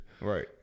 Right